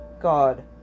God